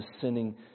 sinning